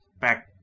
Back